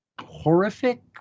horrific